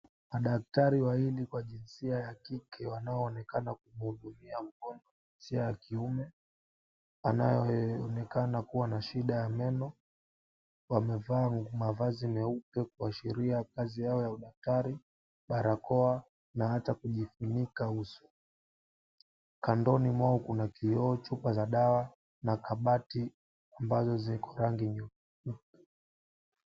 Madaktari wa kijisia ya kike